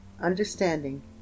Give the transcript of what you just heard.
Understanding